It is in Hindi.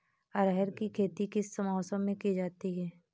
अरहर की खेती किस मौसम में की जाती है?